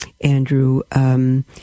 Andrew